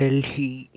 Delhi